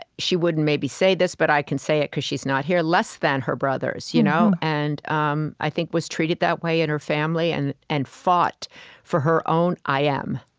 she wouldn't maybe say this, but i can say it because she's not here less than her brothers you know and, um i think, was treated that way in her family and and fought for her own i am.